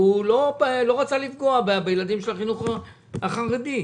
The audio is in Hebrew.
לפגוע בילדים של החינוך החרדי.